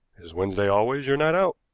is wednesday always your night out?